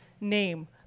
name